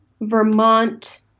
Vermont